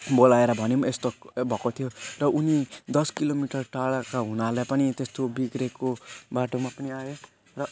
बोलाएर भन्यौ यस्तो भएको थियो र उनी दस किलो मिटर टाढाका हुनाले पनि त्यस्तो बिग्रेको बाटोमा पनि आए र